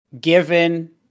given